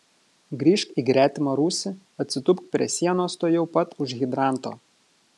grįžk į gretimą rūsį atsitūpk prie sienos tuojau pat už hidranto